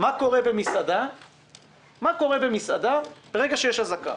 מה קורה במסעדה כאשר יש אזעקה.